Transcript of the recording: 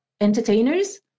entertainers